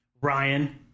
Ryan